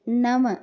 नव